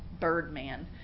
Birdman